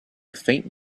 faint